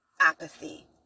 apathy